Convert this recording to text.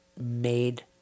made